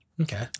Okay